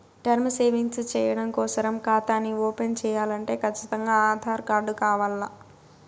term savings చెయ్యడం కోసరం కాతాని ఓపన్ చేయాలంటే కచ్చితంగా ఆధార్ కార్డు కావాల్ల